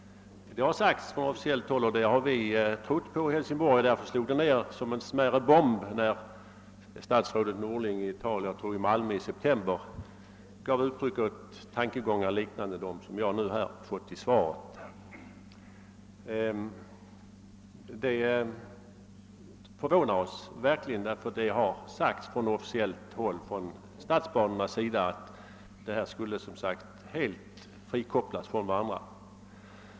I Hälsingborg har vi trott på vad som där sagts från officiellt håll. Därför slog det ner som en mindre bomb när statsrådet Norling — jag tror det var i ett tal i Malmö i september — gav uttryck åt tankegångar liknande dem som jag nu har fått i frågesvaret. Detta förvånar oss verkligen, eftersom talesmän för statsbanorna har sagt att de båda projekten skulle fri kopplas från varandra.